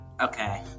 Okay